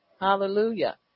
Hallelujah